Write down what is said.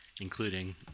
Including